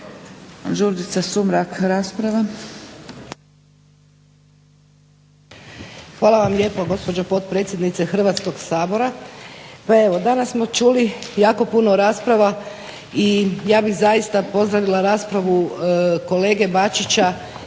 Đurđica (HDZ)** Hvala lijepo gospođo predsjednice Hrvatskog sabora. Pe evo danas smo čuli jako puno rasprava i ja bih zaista pozdravila raspravu kolege Bačića